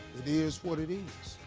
it is what it is.